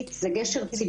גשר יהודית זה גשר ציבורי,